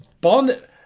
Bond